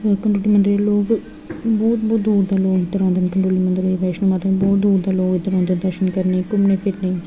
घूमने ताहीं आंदे लोग बहोत बहोत दूर दूर दा लोग इद्धर आंदे न वैष्णो माता बहोत दूर दूर दा लोग इद्धर आंदे दर्शन करने ई घूमने फिरने ई